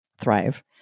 thrive